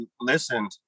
listened